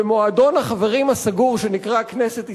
ומועדון החברים הסגור שנקרא "כנסת ישראל"